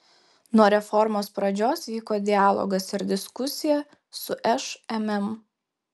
nuo reformos pradžios vyko dialogas ir diskusija su šmm